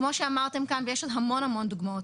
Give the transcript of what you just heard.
כמו שאמרתם כאן, ויש עוד המון המון דוגמאות.